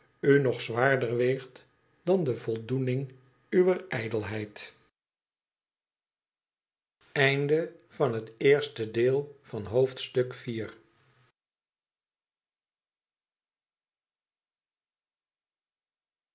u nog zwaarder weegt dan de voldoening uwer ijdelheid